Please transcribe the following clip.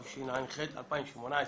התשע"ח-2018.